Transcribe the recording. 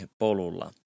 polulla